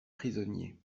prisonniers